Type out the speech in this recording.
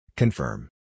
Confirm